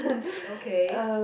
okay